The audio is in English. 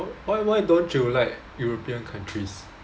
why why don't you like european countries